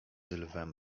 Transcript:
lwem